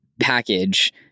package